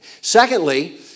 Secondly